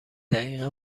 دقیقا